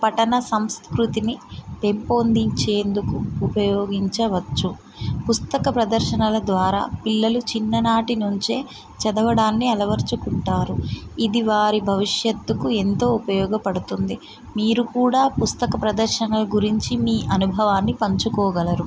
పట్టణ సంస్కృతిని పెంపొందించేందుకు ఉపయోగించవచ్చు పుస్తక ప్రదర్శనల ద్వారా పిల్లలు చిన్ననాటి నుంచి చదవడం అలవర్చుకుంటారు ఇది వారి భవిష్యత్తుకు ఎంతో ఉపయోగపడుతుంది మీరు కూడా పుస్తక ప్రదర్శనల గురించి మీ అనుభవాన్ని పంచుకోగలరు